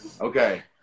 Okay